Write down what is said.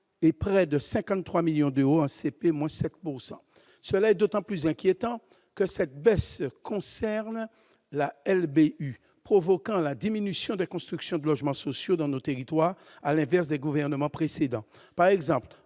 et près de 53 millions d'euros CP, moins 7 pourcent cela d'autant plus inquiétant que cette baisse concerne la LB provoquant la diminution des constructions de logements sociaux dans nos territoires, à l'inverse des gouvernements précédents, par exemple